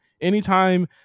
anytime